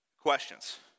Questions